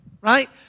Right